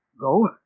go